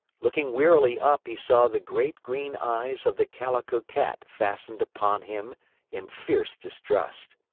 looking wearily up he saw the great, green eyes of the calico cat fastened upon him in fierce distrust.